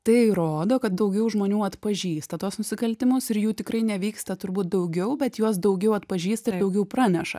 tai rodo kad daugiau žmonių atpažįsta tuos nusikaltimus ir jų tikrai nevyksta turbūt daugiau bet juos daugiau atpažįsta daugiau praneša